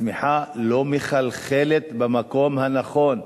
הצמיחה לא מחלחלת במקום הנכון.